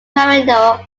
marino